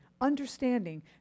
Understanding